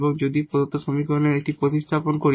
এবং যদি আমরা প্রদত্ত সমীকরণে এটি প্রতিস্থাপন করি